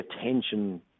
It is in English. attention